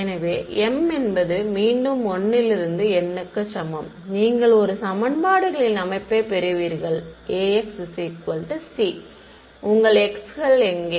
எனவே m என்பது மீண்டும் 1 லிருந்து N க்கு சமம் நீங்கள் ஒரு சமன்பாடுகளின் அமைப்பை பெறுவீர்கள் AXc உங்கள் x கள் எங்கே